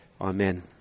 Amen